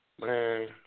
Man